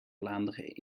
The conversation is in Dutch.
vlaanderen